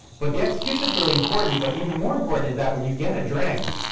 but the execution is really important. but even more important is that when you get a drink,